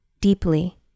Deeply